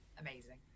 amazing